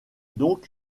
donc